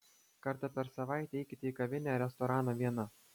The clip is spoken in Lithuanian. kartą per savaitę eikite į kavinę ar restoraną viena